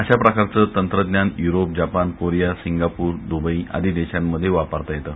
अशा प्रकारचं तंत्रज्ञान Europe Japan Korea Singapore Dubai आदी देशांमध्ये वापरता येतं